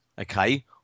okay